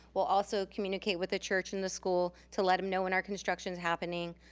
we'll also communicate with the church and the school to let em know when our construction's happening,